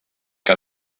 que